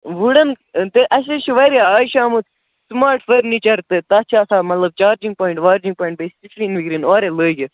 wooden تہٕ اَسہِ حظ چھِ واریاہ اَز چھُ آمُت سُمارٹ فٔرنیٖچَر تہٕ تَتھ چھِ آسان مطلب چارجِنٛگ پوایِنٛٹ وارجِنٛگ پویِنٛٹ بیٚیہِ سِکریٖن وِکریٖن اورَے لٲگِتھ